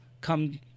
come